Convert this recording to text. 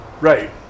right